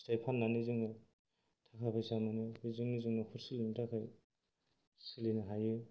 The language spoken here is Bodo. फिथाइ फाननानै जोङो थाखा फैसा मोनो बेजोंनो जों न'खर सोलिनो थाखाय सोलिनो हायो